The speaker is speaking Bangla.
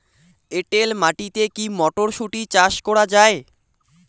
এটেল মাটিতে কী মটরশুটি চাষ করা য়ায়?